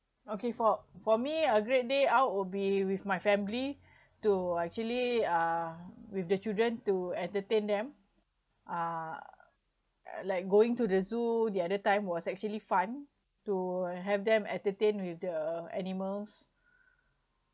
okay for for me a great day out will be with my family to actually uh with the children to entertain them uh like going to the zoo the other time was actually fun to have them entertained with the animals